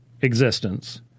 existence